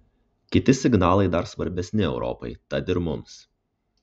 kiti signalai dar svarbesni europai tad ir mums